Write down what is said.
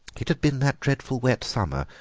it had been that dreadful wet summer,